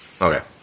Okay